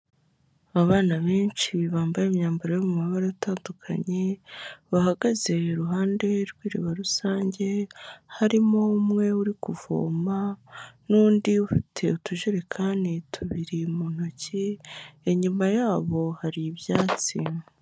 Abana benshi bambaye imyambaro yo mu mabara atandukanye bahagaze iruhande rw'iriba rusange harimo umwe uri kuvoma n'undi ufite utujerekani tubiri mu ntoki inyuma yabo hari ibyatsi.